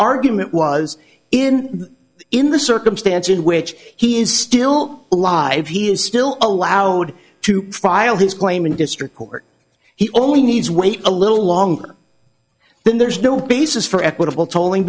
argument was in in the circumstance in which he is still alive he is still allowed to file his claim in district court he only needs wait a little longer then there's no basis for equitable tolling